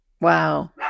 Wow